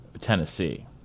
Tennessee